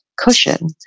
cushion